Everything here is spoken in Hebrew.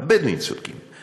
הבדואים צודקים.